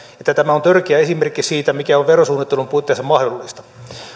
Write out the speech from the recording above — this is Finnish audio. että tämä on törkeä esimerkki siitä mikä on verosuunnittelun puitteissa mahdollista